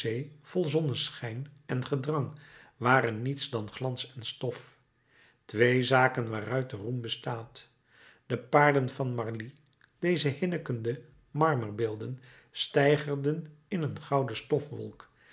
vol zonneschijn en gedrang waren niets dan glans en stof twee zaken waaruit de roem bestaat de paarden van marly deze hinnikende marmerbeelden steigerden in een gouden